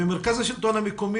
מרכז השלטון המקומי,